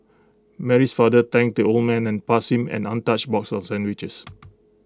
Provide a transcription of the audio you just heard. Mary's father thanked the old man and passed him an untouched box of sandwiches